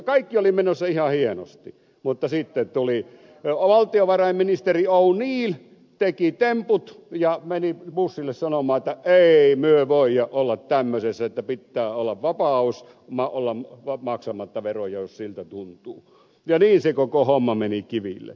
kaikki oli menossa ihan hienosti mutta sitten tuli valtiovarainministeri oneill teki temput ja meni bushille sanomaan että ei myö voia olla tämmösessä että pittää olla vapaus olla maksamatta veroja jos siltä tuntuu ja niin se koko homma meni kiville